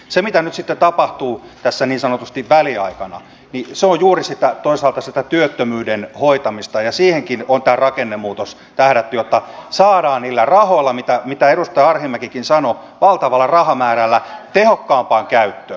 se mitä nyt sitten tapahtuu tässä niin sanotusti väliaikana on juuri toisaalta sitä työttömyyden hoitamista ja siihenkin on tämä rakennemuutos tähdätty jotta saadaan ne rahat mistä edustaja arhinmäkikin sanoi valtava rahamäärä tehokkaampaan käyttöön